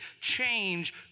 change